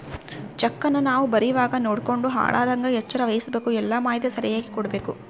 ಚೆಕ್ಕನ್ನ ನಾವು ಬರೀವಾಗ ನೋಡ್ಯಂಡು ಹಾಳಾಗದಂಗ ಎಚ್ಚರ ವಹಿಸ್ಭಕು, ಎಲ್ಲಾ ಮಾಹಿತಿ ಸರಿಯಾಗಿ ಕೊಡ್ಬಕು